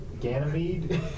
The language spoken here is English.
Ganymede